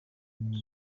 umwana